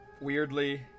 Weirdly